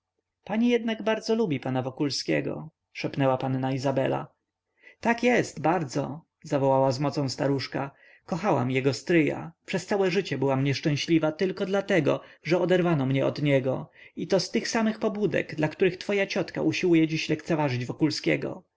pani jednak bardzo lubi pana wokulskiego szepnęła panna izabela tak jest bardzo zawołała z mocą staruszka kochałam jego stryja przez całe życie byłam nieszczęśliwa dlatego tylko że oderwano mnie od niego i to z tych samych pobudek dla których twoja ciotka usiłuje dziś lekceważyć wokulskiego